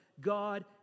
God